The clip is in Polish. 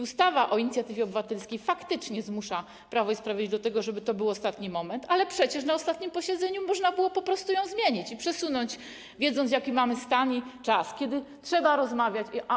Ustawa o inicjatywie obywatelskiej faktycznie zmusza Prawo i Sprawiedliwość do tego, bo to jest ostatni moment, ale przecież na ostatnim posiedzeniu można było po prostu ją zmienić i to przesunąć, wiedząc, jaki mamy stan i czas, kiedy trzeba rozmawiać.